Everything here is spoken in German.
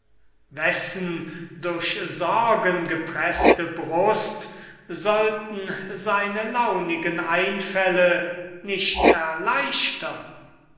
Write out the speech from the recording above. wessen durch sorgen gepreßte brust sollten seine launigen einfälle nicht erleichtern